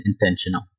intentional